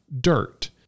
dirt